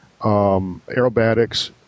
aerobatics